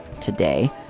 today